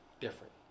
different